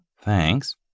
thanks